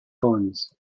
cons